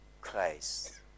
Christ